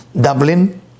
Dublin